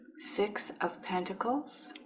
six of pentacles